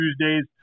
Tuesdays